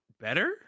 better